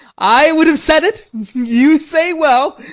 i would have said it you say well.